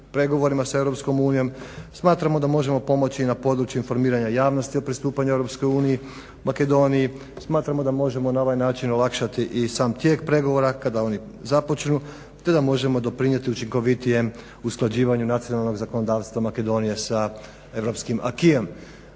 pregovorima sa EU, smatramo da možemo pomoći i na području informiranja javnosti u pristupanju EU, Makedoniji, smatramo da možemo na ovaj način olakšati i sam tijek pregovora kada oni započnu te da možemo doprinijeti učinkovitijem usklađivanju nacionalnog zakonodavstva Makedonije sa